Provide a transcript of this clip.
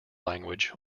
language